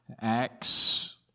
Acts